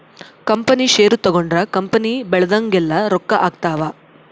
company ಷೇರು ತಗೊಂಡ್ರ company ಬೆಳ್ದಂಗೆಲ್ಲ ರೊಕ್ಕ ಆಗ್ತವ್